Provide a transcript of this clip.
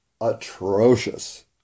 atrocious